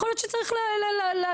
ויכול להיות שצריך לעצור.